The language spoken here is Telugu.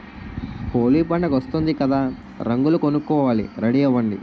హోలీ పండుగొస్తోంది కదా రంగులు కొనుక్కోవాలి రెడీ అవ్వండి